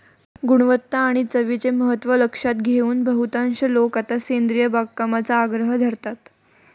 गुणवत्ता आणि चवीचे महत्त्व लक्षात घेऊन बहुतांश लोक आता सेंद्रिय बागकामाचा आग्रह धरतात